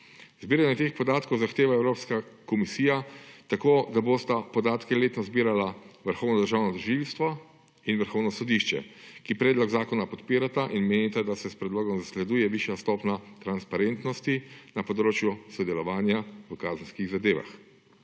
Zbiranje teh podatkov zahteva evropska komisija, tako da bosta podatke letos zbirala Vrhovno državno tožilstvo in Vrhovno sodišče, ki predlog zakona podpirata in menita, da se s predlogo zasleduje višja stopnja transparentnosti na področju sodelovanja v kazenskih zadevah.